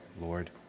Lord